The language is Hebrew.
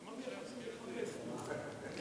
שם אשכנזי.